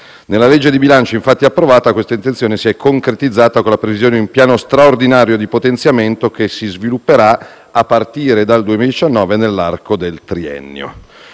Nella legge di bilancio approvata, infatti, questa intenzione si è concretizzata con la previsione di un piano straordinario di potenziamento che si svilupperà, a partire dal 2019, nell'arco del triennio.